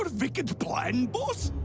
sort of wicked plan boss.